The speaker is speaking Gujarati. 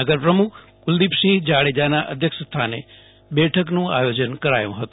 નગર પ્રમુખ કુલદીપસિંહ જાડેજાના અધ્યક્ષ સ્થાને બેઠકનું આયોજન કરાયું હતુ